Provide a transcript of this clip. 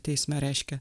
teisme reiškia